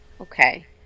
Okay